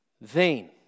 vain